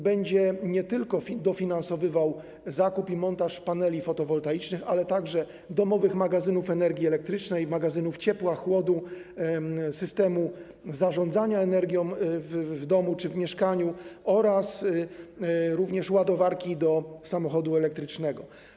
Będzie on nie tylko dofinansowywał zakup i montaż paneli fotowoltaicznych, ale także domowych magazynów energii elektrycznej, magazynów ciepła, chłodu, systemu zarządzania energią w domu czy w mieszkaniu oraz ładowarki do samochodu elektrycznego.